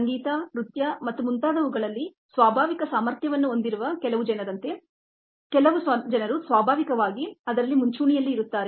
ಸಂಗೀತ ನೃತ್ಯ ಮತ್ತು ಮುಂತಾದವುಗಳಲ್ಲಿ ಸ್ವಾಭಾವಿಕ ಸಾಮರ್ಥ್ಯವನ್ನು ಹೊಂದಿರುವ ಕೆಲವು ಜನರಂತೆ ಕೆಲವು ಜನರು ಸ್ವಾಭಾವಿಕವಾಗಿ ಅದರಲ್ಲಿ ಮುಂಚೂಣಿಯಲ್ಲಿ ಇರುತ್ತಾರೆ